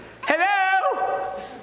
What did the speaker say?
Hello